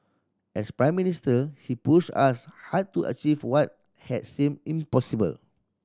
as Prime Minister he pushed us hard to achieve what had seemed impossible